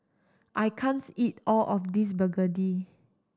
I can't eat all of this begedil